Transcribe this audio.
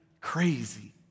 crazy